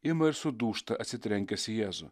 ima ir sudūžta atsitrenkęs į jėzų